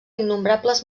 innombrables